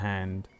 Hand